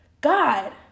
god